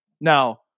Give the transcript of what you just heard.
Now